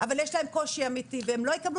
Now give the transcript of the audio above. אבל יש להם קושי אמיתי והם לא יקבלו